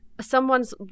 someone's